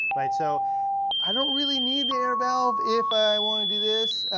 right? so i don't really need the air valve if i wanna do this.